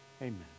Amen